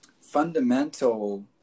fundamental